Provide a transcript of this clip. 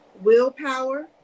willpower